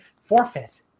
forfeit